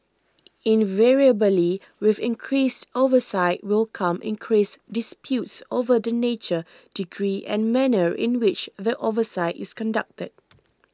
invariably with increased oversight will come increased disputes over the nature degree and manner in which the oversight is conducted